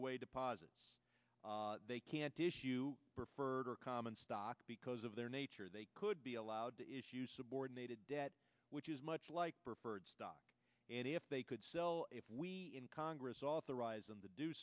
away deposits they can't issue preferred or common stock because of their nature they could be allowed to issue subordinated debt which is much like preferred stock and if they could sell if we in congress